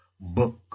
book